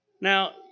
Now